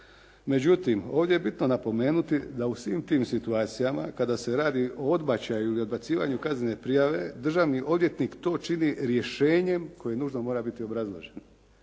Međutim ovdje je bitno napomenuti da u svim tim situacijama kada se radi o odbačaju ili odbacivanju kaznene prijave, državni odvjetnik to čini rješenjem koje nužno mora biti obrazloženo.